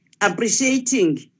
Appreciating